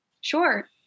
Sure